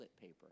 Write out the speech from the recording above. paper